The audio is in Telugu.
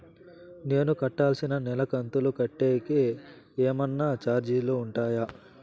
నేను కట్టాల్సిన నెల కంతులు కట్టేకి ఏమన్నా చార్జీలు ఉంటాయా?